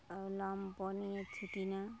ও লম্ফ নিয়ে ছুটি না